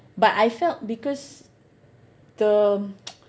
but I felt because the